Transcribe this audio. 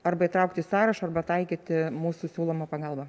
arba įtraukti į sąrašą arba taikyti mūsų siūlomą pagalbą